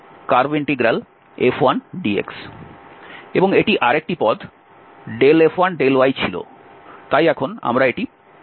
এবং আরেকটি পদ F1∂yছিল তাই এখন আমরা এটি পুনরাবৃত্তি করব